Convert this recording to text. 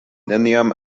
neniam